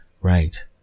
Right